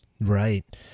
Right